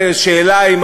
שמו שלושה תנאים: